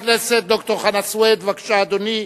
חבר הכנסת ד"ר חנא סוייד, בבקשה, אדוני.